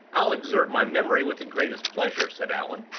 i'll exert my memory with the greatest pleasure, said allan.